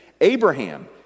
Abraham